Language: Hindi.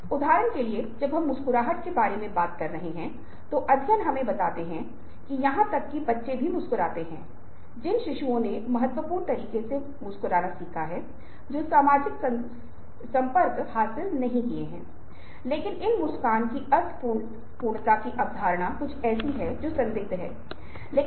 अब मुद्दा यह है कि एक बार जब हम ऐसा कर लेते हैं तो हमें पता चलता है कि हम एक प्रकार के हेरफेर कर रहे हैं क्योंकि पूरी बात एक कल्पना है कि इनमें से कोई भी जानकारी जो प्रदान की गई है वह सत्य नाही है और यह मूल रूप से आपकी धारणा है जिसका पता लगाया जा रहा है